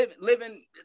Living